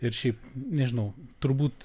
ir šiaip nežinau turbūt